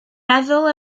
meddwl